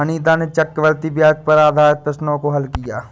अनीता ने चक्रवृद्धि ब्याज पर आधारित प्रश्नों को हल किया